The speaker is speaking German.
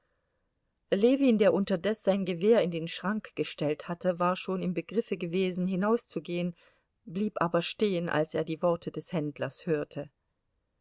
ljewin der unterdes sein gewehr in den schrank gestellt hatte war schon im begriffe gewesen hinauszugehen blieb aber stehen als er diese worte des händlers hörte